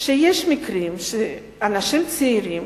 יש מקרים שאנשים צעירים